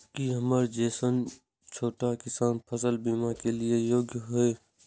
की हमर जैसन छोटा किसान फसल बीमा के लिये योग्य हय?